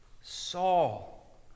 Saul